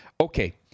Okay